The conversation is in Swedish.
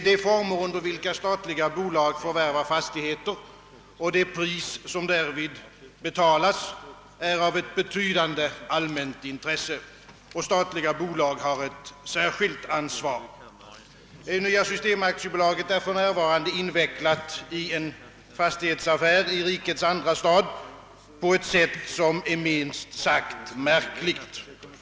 De former, under vilka statliga bolag förvärvar fastigheter, och de pris, som därvid betalas, är av ett betydande allmänt intresse. Statliga bolag har ett särskilt ansvar. Nya System AB är för närvarande invecklat i en fastighetsaffär i rikets andra stad på ett sätt som är minst sagt märkligt.